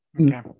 Okay